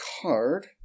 card